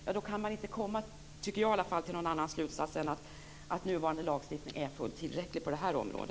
Om man har konventionen för ögonen kan man inte komma till någon annan slutsats än att nuvarande lagstiftning är fullt tillräcklig på detta område.